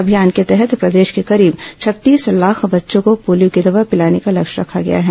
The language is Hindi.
अभियान के तहत प्रदेश के करीब छत्तीस लाख बच्चों को पोलियो की दवा पिलाने का लक्ष्य रखा गया है